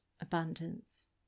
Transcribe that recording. abundance